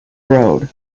road